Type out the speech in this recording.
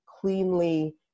cleanly